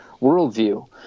worldview